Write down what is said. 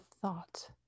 thought